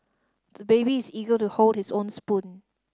the baby is eager to hold his own spoon